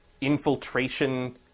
infiltration